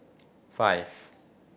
five